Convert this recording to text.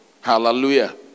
Hallelujah